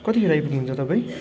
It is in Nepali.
कतिखेर आइपुग्नुहुन्छ तपाईँ